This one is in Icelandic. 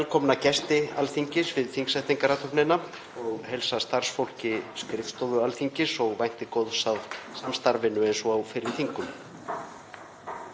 velkomna gesti Alþingis við þingsetningarathöfnina og ég heilsa starfsfólki skrifstofu Alþingis og vænti góðs af samstarfinu við ykkur eins og á fyrri þingum.